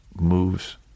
moves